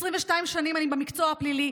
22 שנים אני במקצוע הפלילי,